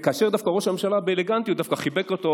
וכאשר ראש הממשלה באלגנטיות דווקא חיבק אותו,